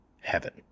heaven